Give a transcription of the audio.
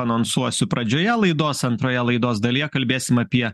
anonsuosiu pradžioje laidos antroje laidos dalyje kalbėsim apie